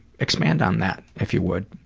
expand on that, if you would.